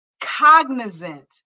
cognizant